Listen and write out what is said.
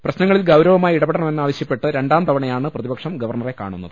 പ്രശ്നങ്ങളിൽ ഗൌരവമായി ഇടപെടണമെന്നാവശ്യപ്പെട്ട് രണ്ടാം തവണയാണ് പ്രതിപക്ഷം ഗവർണറെ കാണുന്നത്